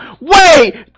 Wait